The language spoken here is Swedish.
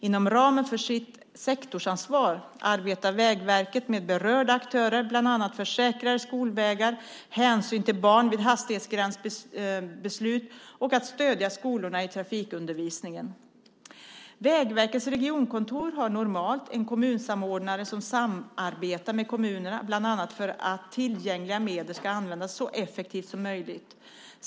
Inom ramen för sitt sektorsansvar arbetar Vägverket med berörda aktörer bland annat för säkrare skolvägar, hänsyn till barn vid hastighetsgränsbeslut och för att stödja skolorna i trafikundervisningen. Vägverkets regionkontor har normalt en kommunsamordnare som samarbetar med kommunerna, bland annat för att tillgängliga medel ska användas så effektivt som möjligt.